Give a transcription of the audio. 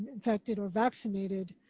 infected or vaccinated,